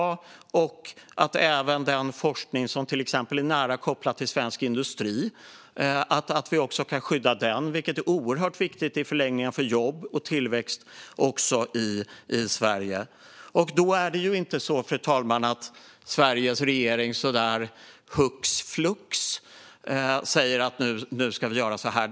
Vi måste också skydda till exempel den forskning som är nära kopplad till svensk industri - något som i förlängningen är oerhört viktigt för jobb och tillväxt i Sverige. Det är inte så, fru talman, att Sveriges regering hux flux säger att vi nu ska göra så här.